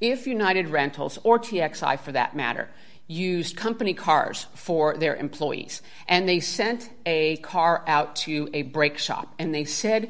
if united rentals or t x i for that matter used company cars for their employees and they sent a car out to a brake shop and they said